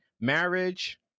marriage